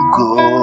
go